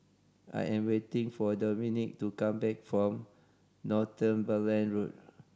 I am waiting for Dominque to come back from Northumberland Road